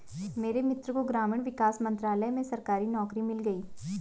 मेरे मित्र को ग्रामीण विकास मंत्रालय में सरकारी नौकरी मिल गई